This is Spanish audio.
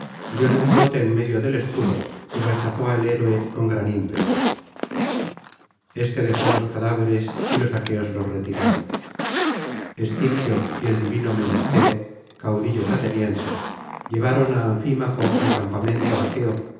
dióle un bote en medio del escudo y rechazó al héroe con gran ímpetu éste dejó los cadáveres y los aqueos los retiraron estiquio y el divino menesteo caudillos atenienses llevaron á anfímaco al campamento aqueo